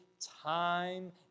time